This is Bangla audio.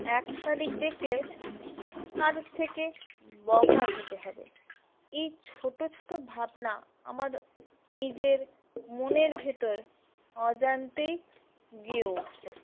এক শালিক দেখলে কারুর থেকে বকা খেতে হবে এই ছোট ছোট ভাবনা আমার নিজের মনের ভেতর অজান্তেই গিয়ে উঠতো